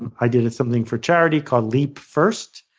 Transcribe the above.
and i did something for charity called leap first,